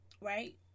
right